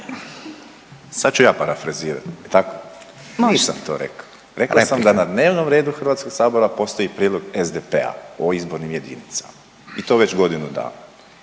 Sad ću ja parafrazirati. Jel' tako? Nisam to rekao, rekao sam da na dnevnom redu Hrvatskog sabora postoji Prijedlog SDP-a o izbornim jedinicama i to već godinu dana